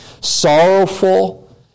Sorrowful